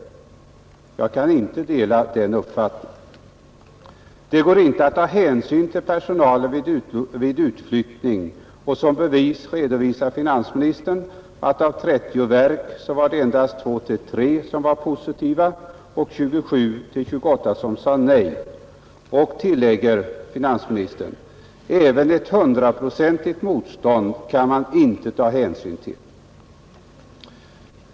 Jag kan i så fall inte dela den uppfattningen. Det går inte, anser finansministern, att ta hänsyn till personalen vid utflyttning. Som bevis redovisar finansministern att av 30 verk var det endast två eller tre som var positiva, medan 27 eller 28 sade nej. Finansministern tillägger: Även ett hundraprocentigt motstånd kan man inte ta hänsyn till.